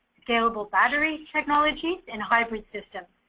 scalable battery technologies in hybrid system.